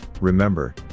remember